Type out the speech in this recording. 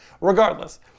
Regardless